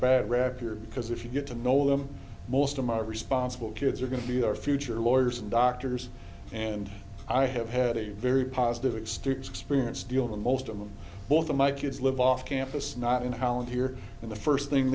bad rap here because if you get to know them most of my responsible kids are going to be our future lawyers and doctors and i have had a very positive experience experience deal than most of them both of my kids live off campus not in holland here in the first thing